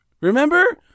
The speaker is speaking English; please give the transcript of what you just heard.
remember